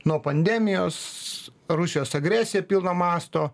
nuo pandemijos rusijos agresija pilno masto